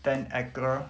ten hectare